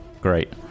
Great